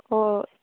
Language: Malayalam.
ഓ